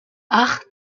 acht